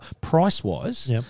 price-wise